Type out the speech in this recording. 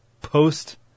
post